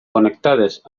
connectades